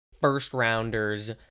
first-rounders